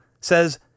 says